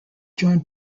joined